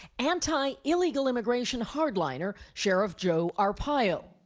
anti-illegal immigration hardliner. sheriff joe arpaio.